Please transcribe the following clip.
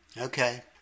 Okay